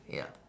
ya